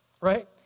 right